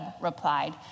replied